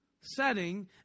setting